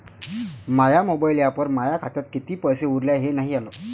माया mobile ॲपवर माया खात्यात किती पैसे उरले हाय हे नाही आलं